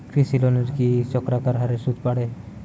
কৃষি লোনের কি চক্রাকার হারে সুদ বাড়ে?